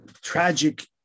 tragic